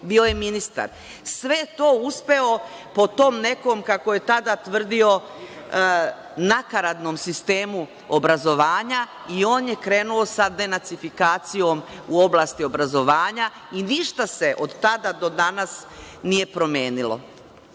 bio je ministar. Sve je to uspeo po tom nekom, kako je tada tvrdio nakaradnom sistemu obrazovanja i on je krenuo sa denacifikacijom i ništa se od tada do danas nije promenilo. Nemate